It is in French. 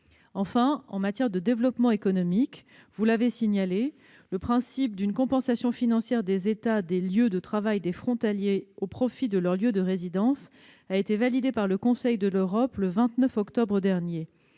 Enfin, en matière de développement économique, vous l'avez rappelé, le principe d'une compensation financière des États où travaillent les frontaliers au profit des États où ceux-ci résident a été validé par le Conseil de l'Europe le 29 octobre dernier.